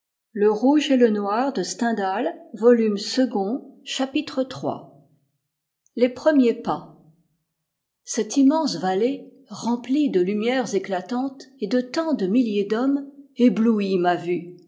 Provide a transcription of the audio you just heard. chapitre iii les premiers pas cette immense vallée remplie de lumières éclatantes et de tant de milliers d'hommes éblouit ma vue